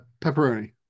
pepperoni